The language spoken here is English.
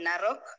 narok